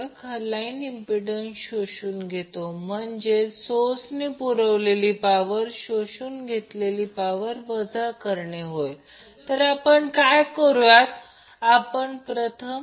तर अनबॅलन्सड सिस्टमच्या बाबतीत येथे हा करंट याला Ia म्हणतात